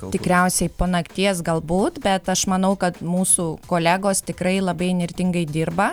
tikriausiai po nakties galbūt bet aš manau kad mūsų kolegos tikrai labai įnirtingai dirba